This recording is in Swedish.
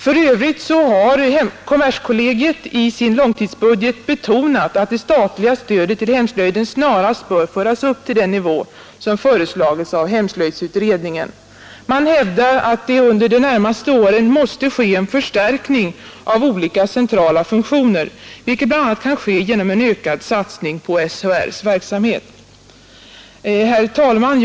För övrigt har kommerskollegiet i sin långtidsbudget betonat att det statliga stödet till hemslöjden snarast bör föras upp till den nivå som föreslagits av hemslöjdsutredningen. Man hävdar att det under de närmaste åren måste ske en förstärkning av olika centrala funktioner, vilket bl.a. kan ske genom en ökad satsning på SHR:s verksamhet. Herr talman!